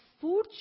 food